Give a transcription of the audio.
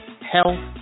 Health